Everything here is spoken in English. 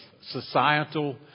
societal